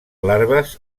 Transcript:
larves